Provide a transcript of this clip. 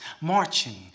marching